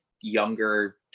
younger